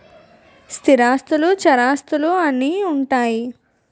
స్థిరాస్తులు చరాస్తులు అని ఉంటాయి